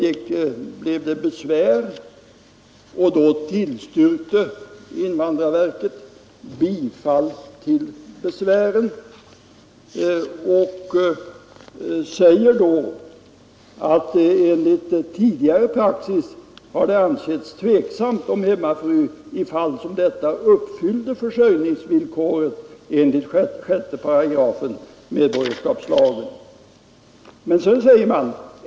Sedan blev det besvär, och då tillstyrkte invandrarverket bifall till besvären med orden — enligt utskottets referat — att ”det enligt tidigare gällande praxis ansetts tveksamt om hemmafru i fall som detta uppfyllde försörjningsvillkoret enligt 6 8 MbL.